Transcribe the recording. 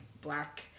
black